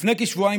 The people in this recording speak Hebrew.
לפני כשבועיים,